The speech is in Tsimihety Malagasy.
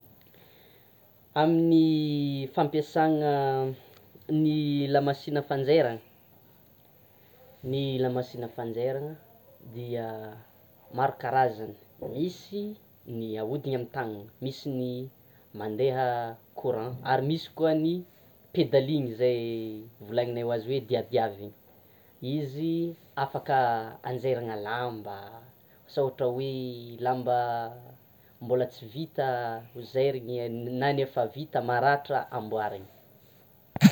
Amin'ny fampiasana ny lamasinina fanjairana, ny lamasinina fanjairana dia maro karazana; misy ny ahodina amin'ny tanana, misy ny mandeha courant ary misy koa ny pédalina izay volagninay azy hoe diadiavina; izy afaka anjairana lamba asa ohatra hoe: mbola tsy vita ho zairina, na ny efa vita maratra hamboarina.